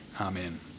Amen